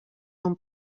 són